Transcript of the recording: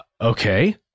Okay